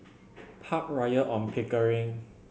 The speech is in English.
Park Royal On Pickering